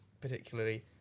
particularly